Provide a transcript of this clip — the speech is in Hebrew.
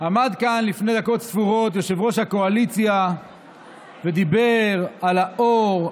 עמד כאן לפני דקות ספורות יושב-ראש הקואליציה ודיבר על האור,